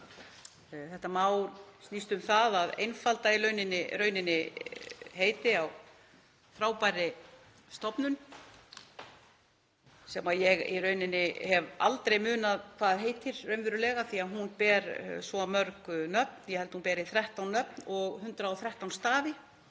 Þetta mál snýst um það að einfalda heiti á frábærri stofnun sem ég hef aldrei munað hvað heitir raunverulega af því að hún ber svo mörg nöfn, ég held að hún beri 13 nöfn og 113 stafi.